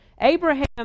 Abraham